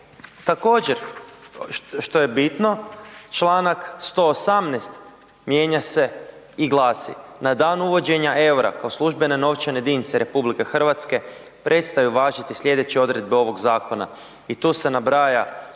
Također što je bitno, čl. 118. mijenja se i glasi na dan uvođenja eura kao službene novčane jedinice RH, prestaju važiti slijedeće odredbe ovoga zakona i tu se nabraja